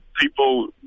people